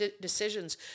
decisions